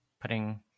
putting